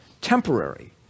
temporary